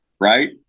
right